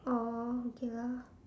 oh okay lah